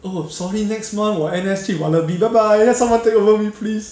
oh sorry next month 我 N_S 去 melody bye bye get someone take over me please